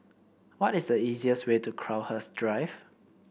what is the easiest way to Crowhurst Drive